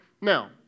Now